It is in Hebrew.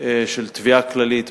של תביעה כללית,